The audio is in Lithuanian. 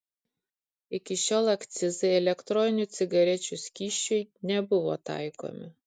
iki šiol akcizai elektroninių cigarečių skysčiui nebuvo taikomi